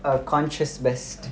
our conscious best